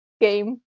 game